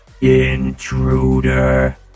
Intruder